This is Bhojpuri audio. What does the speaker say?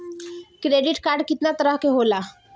क्रेडिट कार्ड कितना तरह के होला?